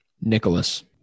Nicholas